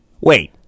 Wait